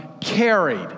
carried